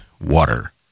water